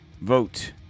Vote